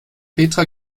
petra